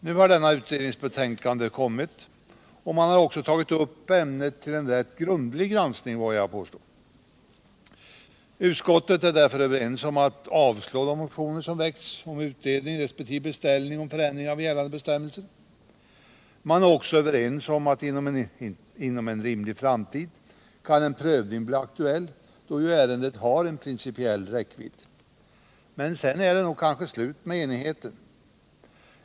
Nu har denna utrednings betänkande kommit, och utredningen har tagit upp ämnet till en rätt grundlig granskning, vågar jag påstå. Utskottet har därför beslutat avstyrka de motioner som väckts om utredning resp. beställning om förändring av gällande bestämmelser. Man är också överens om att en prövning kan bli aktuell inom en rimlig framtid, då ju ärendet har en principell räckvidd. Men sedan är det kanske slut med enigheten.